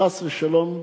חס ושלום,